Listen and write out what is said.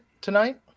tonight